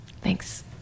thanks